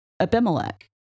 Abimelech